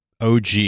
OG